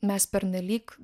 mes pernelyg